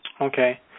Okay